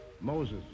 Moses